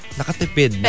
nakatipid